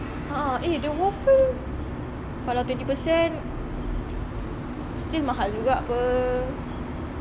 a'ah eh the waffle kalau twenty percent still mahal juga [pe]